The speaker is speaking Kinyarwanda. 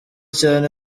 cyane